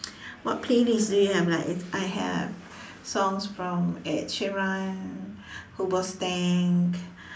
what playlist do you have like I have songs from Ed Sheeran Hoobastank